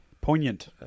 Poignant